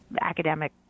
academic